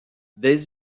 des